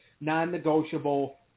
non-negotiable